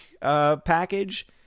package